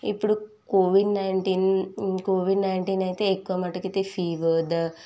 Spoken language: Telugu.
ఇప్పుడు కోవిడ్ నైంటీన్ కోవిడ్ నైంటీన్ అయితే ఎక్కువ మటుకు అయితే ఫీవర్ ద